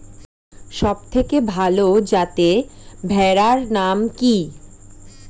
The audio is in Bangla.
সবথেকে ভালো যাতে ভেড়ার নাম কি?